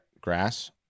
grass